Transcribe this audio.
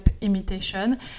imitation